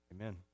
Amen